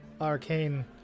arcane